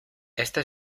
esta